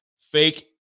fake